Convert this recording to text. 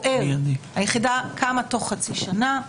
היחידה קמה בתוך חצי שנה,